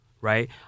right